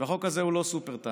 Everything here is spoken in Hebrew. והחוק הזה הוא לא סופר-טנקר,